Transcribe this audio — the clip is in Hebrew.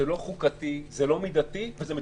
זה לא חוקתי, זה לא מידתי וזה מטופש.